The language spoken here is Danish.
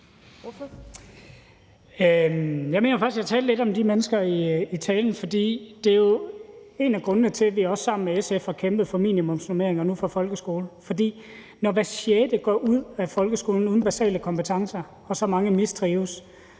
jeg talte lidt om de mennesker i talen, for de er jo en af grundene til, at vi sammen med SF nu også har kæmpet for minimumsnormeringer for folkeskolen. Når hver sjette går ud af folkeskolen uden basale kompetencer og så mange mistrives,